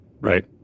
Right